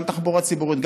גם תחבורה ציבורית,